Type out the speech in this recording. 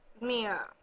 Mia